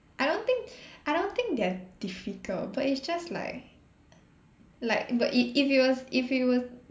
I don't think I don't think they're difficult but it's just like like but if if it was if it was